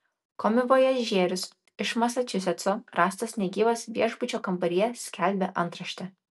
komivojažierius iš masačusetso rastas negyvas viešbučio kambaryje skelbė antraštė